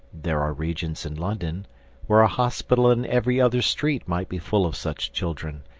there are regions in london where a hospital in every other street might be full of such children,